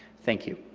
thank you.